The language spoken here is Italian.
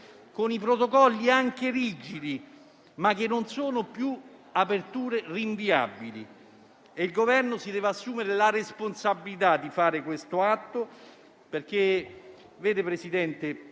con protocolli anche rigidi, ma riaperture che non sono più rinviabili. Il Governo si deve assumere la responsabilità di compiere questo atto, perché vede, Presidente,